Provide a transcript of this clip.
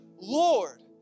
Lord